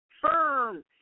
firm